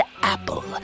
apple